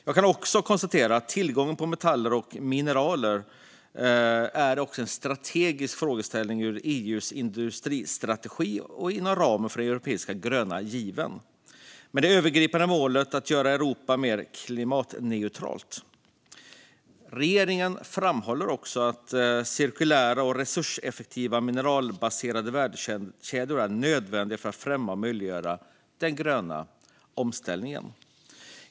Jag kan också konstatera att tillgången på metaller och mineral är en strategisk fråga både för EU:s industristrategi och inom ramen för den europeiska gröna given, med det övergripande målet att göra Europa mer klimatneutralt. Regeringen framhåller att cirkulära och resurseffektiva mineralbaserade värdekedjor är nödvändiga för att främja och möjliggöra den gröna omställningen.